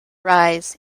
rise